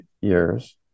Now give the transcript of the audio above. years